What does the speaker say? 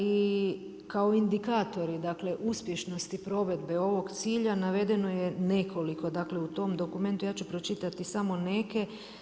I kao indikatori uspješnosti provedbe ovog cilja navedeno je nekoliko, dakle, u tom dokumentu ja ću pročitati samo neke.